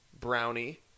Brownie